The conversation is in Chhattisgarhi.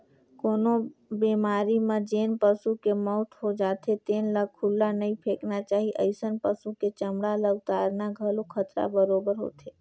कोनो बेमारी म जेन पसू के मउत हो जाथे तेन ल खुल्ला नइ फेकना चाही, अइसन पसु के चमड़ा ल उतारना घलो खतरा बरोबेर होथे